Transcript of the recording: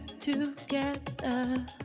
Together